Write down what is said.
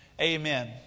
amen